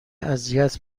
اذیت